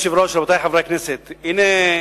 אדוני היושב-ראש, רבותי חברי הכנסת, הנה,